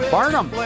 Barnum